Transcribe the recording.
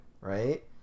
right